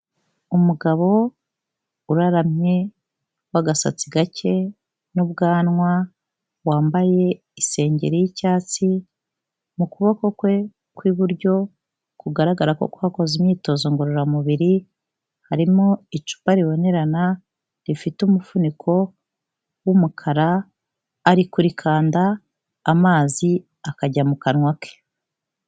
Umugabo uraramye w'agasatsi gake n'ubwanwa wambaye isengeri y'icyatsi, mu kuboko kwe kw'iburyo kugaragara ko kwakoze imyitozo ngororamubiri harimo icupa ribonerana rifite umufuniko w'umukara ari kurikanda amazi akajya mu kanwa ke.